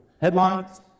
Headlines